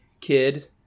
kid